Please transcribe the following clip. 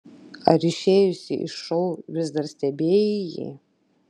ar išėjusi iš šou vis dar stebėjai jį